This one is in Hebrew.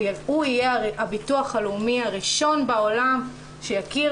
הוא יהיה הביטוח הלאומי הראשון בעולם שיכיר